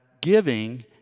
giving